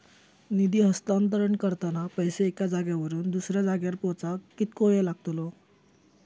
निधी हस्तांतरण करताना पैसे एक्या जाग्यावरून दुसऱ्या जाग्यार पोचाक कितको वेळ लागतलो?